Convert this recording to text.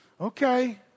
Okay